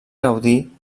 gaudí